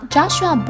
Joshua